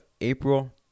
April